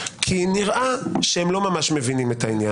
כי נראה שהם לא ממש מבינים את העניין.